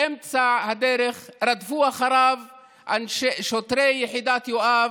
באמצע הדרך רדפו אחריו שוטרי יחידת יואב,